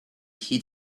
heed